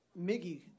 Miggy